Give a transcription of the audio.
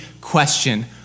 question